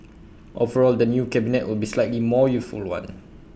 overall the new cabinet will be slightly more youthful one